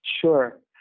Sure